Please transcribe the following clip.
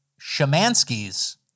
Shemansky's